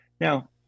Now